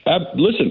Listen